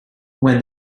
when